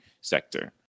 sector